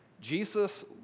Jesus